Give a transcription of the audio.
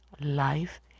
life